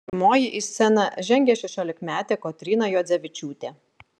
pirmoji į sceną žengė šešiolikmetė kotryna juodzevičiūtė